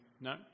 No